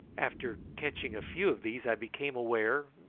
after catching a few of these i became aware,